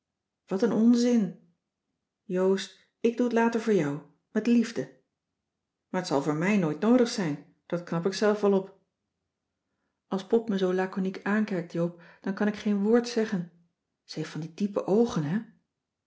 wat een onzin joost ik doe t later voor jou met liefde maar t zal voor mij nooit noodig zijn dat knap ik zelf wel op cissy van marxveldt de h b s tijd van joop ter heul als pop me zoo laconiek aankijkt joop dan kan ik geen woord zeggen ze heeft van die diepe oogen hè